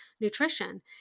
nutrition